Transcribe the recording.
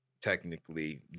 technically